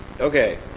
Okay